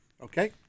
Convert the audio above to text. Okay